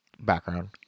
background